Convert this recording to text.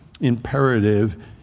imperative